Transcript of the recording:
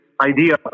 idea